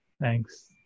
Thanks